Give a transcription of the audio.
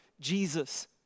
Jesus